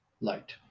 light